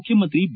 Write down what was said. ಮುಖ್ಯಮಂತ್ರಿ ಬಿ